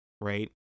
Right